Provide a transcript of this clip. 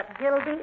Gildy